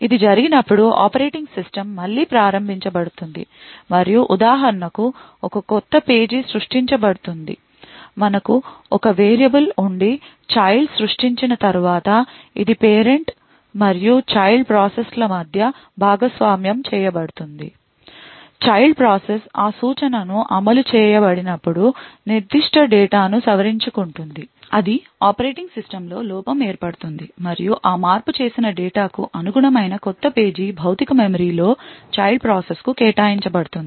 ఇది జరిగినప్పుడు operating system మళ్లీ ప్రారంభించబడుతుంది మరియు ఉదాహరణకు ఒక క్రొత్త పేజీ సృష్టించబడుతుంది మనకు ఒక వేరియబుల్ ఉండి చైల్డ్ సృష్టించిన తర్వాత ఇది పేరెంట్ మరియు చైల్డ్ ప్రాసెస్ల మధ్య భాగస్వామ్యం చేయబడింది చైల్డ్ ప్రాసెస్ ఆ సూచనను అమలు చేయ బడినప్పుడు నిర్దిష్ట డేటాను సవరించుకుంటుంది అది ఆపరేటింగ్ సిస్టమ్లో లోపం ఏర్పడుతుంది మరియు ఆ మార్పు చేసిన డేటా కు అనుగుణమైన క్రొత్త పేజీ భౌతిక మెమరీలో చైల్డ్ ప్రాసెస్ కు కేటాయించబడుతుంది